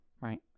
Right